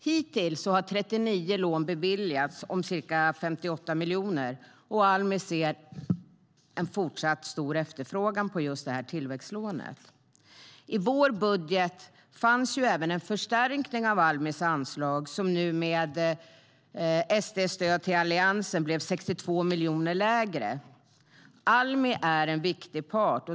Hittills har 39 lån beviljats om ca 58 miljoner, och Almi ser en fortsatt stor efterfrågan på det här tillväxtlånet.I vår budget fanns en förstärkning av Almis anslag, som med Sverigedemokraternas stöd till Alliansen blev 62 miljoner lägre. Almi är en viktig part.